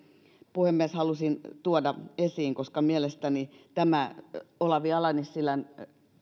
puhemies halusin tuoda esiin koska mielestäni tämä olavi ala nissilän